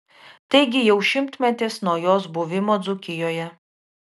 taigi jau šimtmetis nuo jos buvimo dzūkijoje